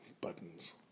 Buttons